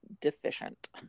deficient